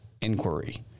inquiry